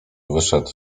wyszedł